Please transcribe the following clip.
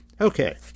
Okay